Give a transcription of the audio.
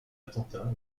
attentats